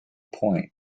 point